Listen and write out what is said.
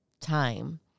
time